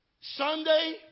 Sunday